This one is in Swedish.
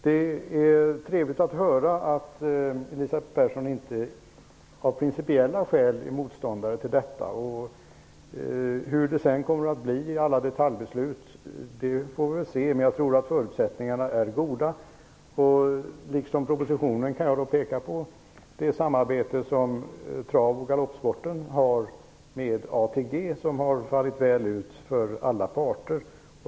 Det är trevligt att höra att Elisabeth Persson inte är motståndare till en försäljning av principiella skäl. Sedan får vi se hur resulatet blir i alla detaljer, men jag tror att förutsättningarna är goda. I likhet med propositionen kan jag peka på det samarbete som trav och galoppsporten har med ATG, vilket har fallit väl ut för alla parter.